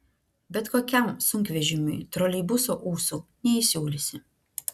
bet kokiam sunkvežimiui troleibuso ūsų neįsiūlysi